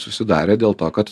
susidarė dėl to kad